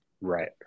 Right